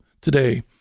today